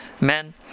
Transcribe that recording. men